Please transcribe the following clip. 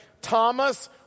Thomas